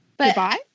Goodbye